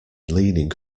leaning